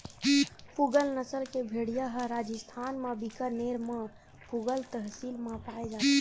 पूगल नसल के भेड़िया ह राजिस्थान म बीकानेर म पुगल तहसील म पाए जाथे